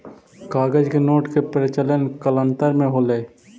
कागज के नोट के प्रचलन कालांतर में होलइ